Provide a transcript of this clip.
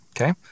Okay